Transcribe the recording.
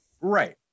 Right